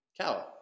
cow